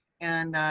and,